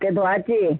ती धुवायची